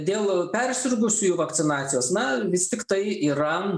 dėl persirgusiųjų vakcinacijos na vis tiktai yra